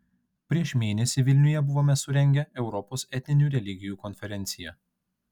prieš mėnesį vilniuje buvome surengę europos etninių religijų konferenciją